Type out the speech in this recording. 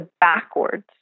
backwards